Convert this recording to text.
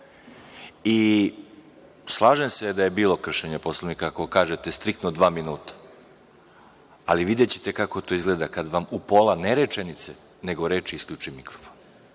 repliku. Slažem se da je bilo kršenja Poslovnika, kako kažete – striktno dva minuta, ali videćete kako to izgleda, ne u pola rečenice, nego reči isključi mikrofon.